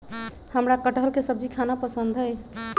हमरा कठहल के सब्जी खाना पसंद हई